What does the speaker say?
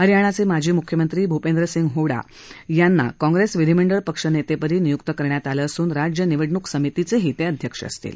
हरयाणाचे माजी मुख्यमंत्री भूपेन्द्र सिंह हुड्डा यांना काँप्रेस विधीमंडळ पक्ष नेते पदी नियुक्त करण्यात आलं असून राज्य निवडणुक समितीचे ही ते अध्यक्ष असतील